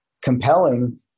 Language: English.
compelling